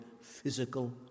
physical